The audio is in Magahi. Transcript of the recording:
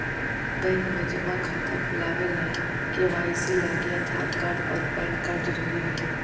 बैंक में जमा खाता खुलावे ला के.वाइ.सी लागी आधार कार्ड और पैन कार्ड ज़रूरी हई